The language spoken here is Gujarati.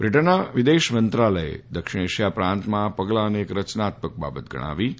બ્રિટનના વિદેશ મંત્રાલયે દક્ષિણ એશિયા પ્રાંતમાં આ પગલાંને એક રચનાત્મક બાબત ગણાવી છે